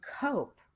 cope